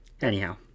Anyhow